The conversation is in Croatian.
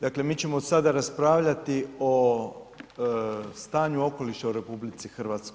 Dakle mi ćemo sada raspravljati o stanju okoliša u RH.